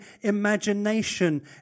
imagination